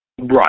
right